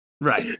Right